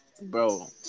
Bro